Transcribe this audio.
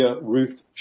Ruth